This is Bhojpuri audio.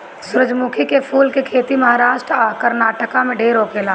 सूरजमुखी के फूल के खेती महाराष्ट्र आ कर्नाटक में ढेर होखेला